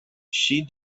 she